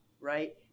right